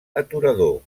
aturador